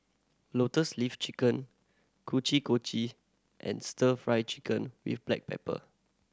Lotus Leaf Chicken kochi kochi and Stir Fry Chicken with black pepper